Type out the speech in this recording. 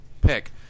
pick